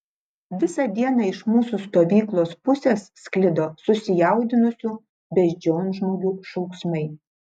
visą dieną iš mūsų stovyklos pusės sklido susijaudinusių beždžionžmogių šauksmai